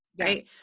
right